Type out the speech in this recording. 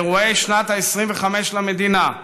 באירועי שנת ה-25 למדינה,